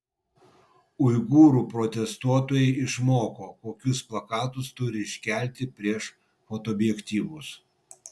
uigūrų protestuotojai išmoko kokius plakatus turi iškelti prieš fotoobjektyvus